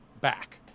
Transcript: back